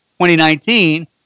2019